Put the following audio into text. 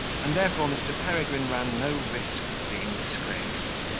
and therefore mr. peregrine ran no risk of being disgraced.